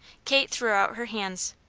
kate threw out her hands.